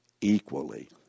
equally